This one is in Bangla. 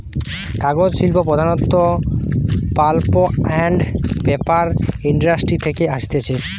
কাগজ শিল্প প্রধানত পাল্প আন্ড পেপার ইন্ডাস্ট্রি থেকে আসতিছে